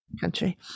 country